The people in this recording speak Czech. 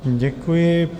Děkuji.